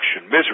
misery